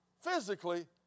physically